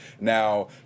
Now